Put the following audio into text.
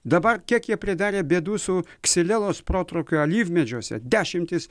dabar kiek jie pridarė bėdų su ksilelos protrūkio alyvmedžiuose dešimtys